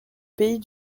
pays